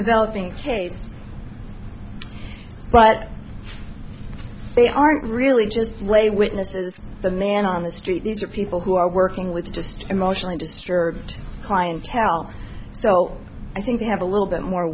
developing cases but they aren't really just lay witnesses the man on the street these are people who are working with just emotionally disturbed clientele so i think they have a little bit more